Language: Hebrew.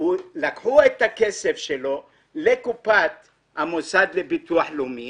לקחו את הכסף שלו לקופת המוסד לביטוח לאומי